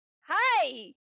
Hi